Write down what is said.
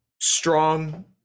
strong